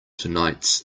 tonight’s